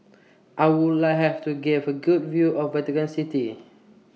I Would like Have to Give A Good View of Vatican City